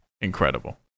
incredible